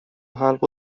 حلق